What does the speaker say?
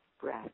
breath